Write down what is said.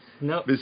no